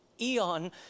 eon